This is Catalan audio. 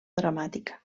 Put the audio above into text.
dramàtica